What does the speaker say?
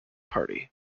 party